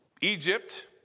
Egypt